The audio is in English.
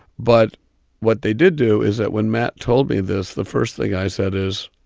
but what they did do is that when matt told me this, the first thing i said is,